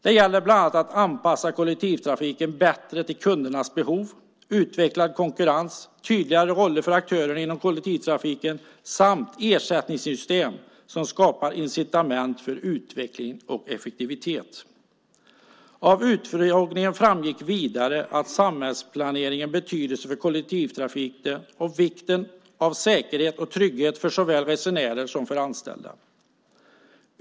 Det gäller bland annat att anpassa kollektivtrafiken bättre till kundernas behov, utveckla konkurrens, ha tydligare roller för aktörer inom kollektivtrafiken samt ersättningssystem som skapar incitament för utveckling och effektivitet. Av utfrågningen framgick vidare samhällsplaneringens betydelse för kollektivtrafiken och vikten av säkerhet och trygghet såväl för resenärer som för anställda.